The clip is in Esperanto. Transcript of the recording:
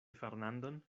fernandon